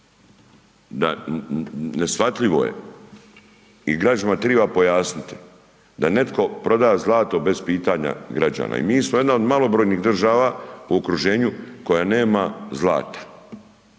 da neshvatljivo je i građanima triba pojasniti da netko proda zlato bez pitanja građana, i mi smo jedna od malobrojnih država u okruženju koja nema zlata